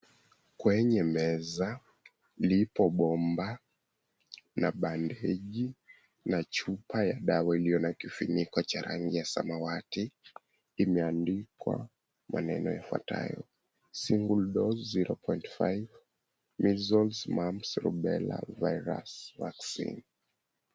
Kwenye meza lipo bomba na bandeji na chupa ya dawa iliyo na kifuniko cha rangi ya samawati imeandikwa maneno yafuatayo, Single dose 0.5 Measles Mumps, Rubella Vaccine.